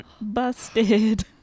busted